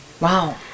Wow